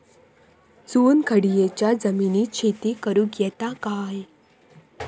चुनखडीयेच्या जमिनीत शेती करुक येता काय?